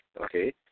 okay